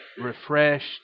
refreshed